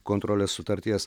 kontrolės sutarties